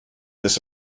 this